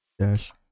dash